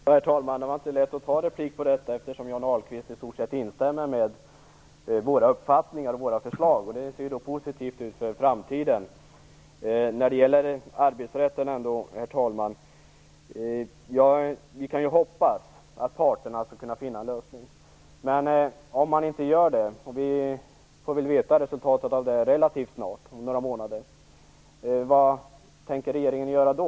Herr talman! Det var inte lätt att ta replik på detta eftersom Johnny Ahlqvist i stort sett instämmer i våra uppfattningar och våra förslag. Det ser positivt ut för framtiden. Herr talman! När det gäller arbetsrätten kan vi ju hoppas att parterna skall kunna finna en lösning. Men om de inte gör det - vi får väl veta resultatet av det relativt snart, om några månader - vad tänker regeringen göra då?